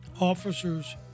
officers